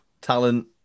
talent